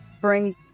bring